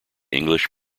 english